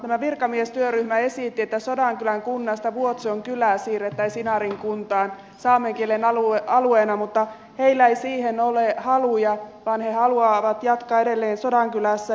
tämä virkamiestyöryhmä esitti että sodankylän kunnasta vuotson kylä siirrettäisiin inarin kuntaan saamen kielen alueena mutta heillä ei siihen ole haluja vaan he haluavat jatkaa edelleen sodankylässä